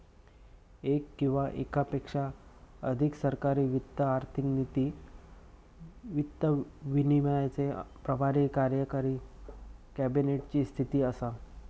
येक किंवा येकापेक्षा अधिक सरकारी वित्त आर्थिक नीती, वित्त विनियमाचे प्रभारी कार्यकारी कॅबिनेट ची स्थिती असा